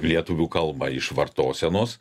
lietuvių kalbą iš vartosenos